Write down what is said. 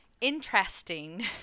interesting